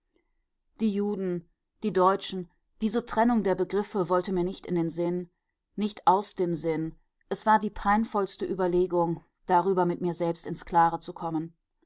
die juden die deutschen diese trennung der begriffe wollte mir nicht in den sinn nicht aus dem sinn es war die peinvollste überlegung darüber mit mir selbst ins klare zu kommen